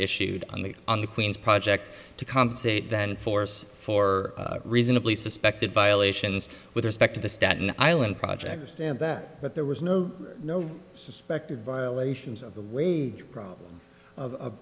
issued on the on the queen's project to compensate then force for reasonably suspected violations with respect to the staten island project a stand that but there was no no suspected violations of the wage problem